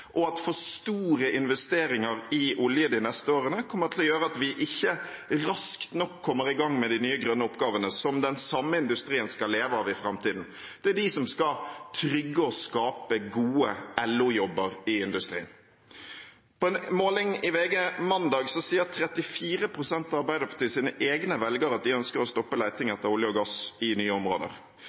og at for store investeringer i olje de neste årene kommer til å gjøre at vi ikke raskt nok kommer i gang med de nye, grønne oppgavene som den samme industrien skal leve av i framtiden. Det er de som skal trygge og skape gode LO-jobber i industrien. På en måling i VG mandag sier 34 pst. av Arbeiderpartiets egne velgere at de ønsker å stoppe leting etter olje og gass i nye områder.